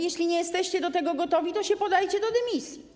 Jeśli nie jesteście do tego gotowi, to się podajcie do dymisji.